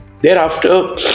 thereafter